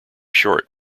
short